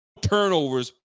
turnovers